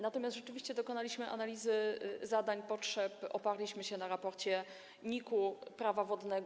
Natomiast rzeczywiście dokonaliśmy analizy zadań, potrzeb, oparliśmy się na raporcie NIK-u i Prawie wodnym.